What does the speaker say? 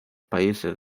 países